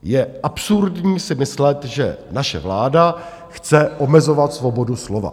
Je absurdní si myslet, že naše vláda chce omezovat svobodu slova.